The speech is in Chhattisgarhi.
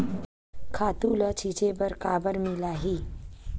खातु ल छिंचे बर काबर मिलही?